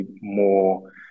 more